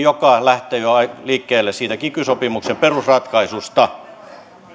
mikä lähtee liikkeelle jo siitä kiky sopimuksen perusratkaisusta